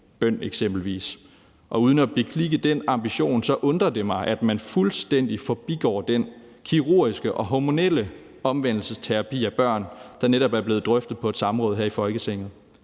gennem eksempelvis bøn. Uden at beklikke den ambition undrer det mig, at man fuldstændig forbigår den kirurgiske og hormonelle omvendelsesterapi på børn, der netop er blevet drøftet på et samråd her i Folketinget.